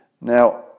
Now